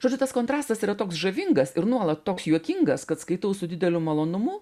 žodžiu tas kontrastas yra toks žavingas ir nuolat toks juokingas kad skaitau su dideliu malonumu